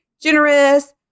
generous